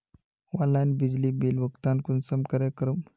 Online बिजली bill भुगतान कुंसम करे करूम?